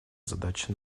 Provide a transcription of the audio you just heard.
задача